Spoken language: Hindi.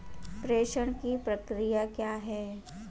प्रेषण की प्रक्रिया क्या है?